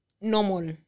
normal